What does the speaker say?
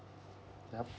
yup